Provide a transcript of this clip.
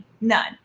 None